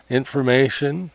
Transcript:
information